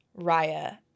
raya